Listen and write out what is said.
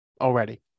already